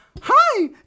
hi